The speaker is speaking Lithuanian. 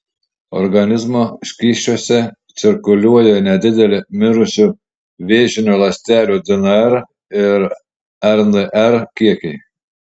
organizmo skysčiuose cirkuliuoja nedideli mirusių vėžinių ląstelių dnr ir rnr kiekiai